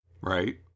Right